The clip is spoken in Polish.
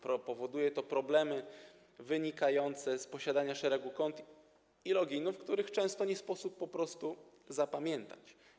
Powoduje to problemy wynikające z posiadania szeregu kont i loginów, których często nie sposób po prostu zapamiętać.